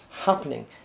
happening